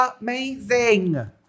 amazing